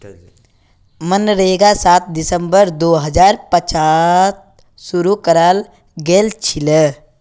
मनरेगा सात दिसंबर दो हजार पांचत शूरू कराल गेलछिले